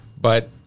But-